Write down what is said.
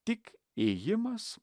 tik ėjimas